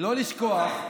לא לשכוח,